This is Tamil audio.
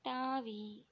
தாவி